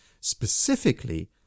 specifically